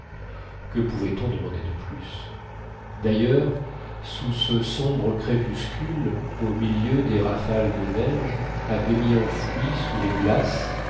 que pouvait-on demander de plus d'ailleurs sous ce sombre crépuscule au milieu des rafales de neige à demi enfouie sous les glaces